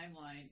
timeline